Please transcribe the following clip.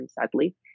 sadly